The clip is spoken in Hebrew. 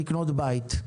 מדינה.